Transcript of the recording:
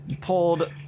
pulled